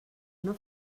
una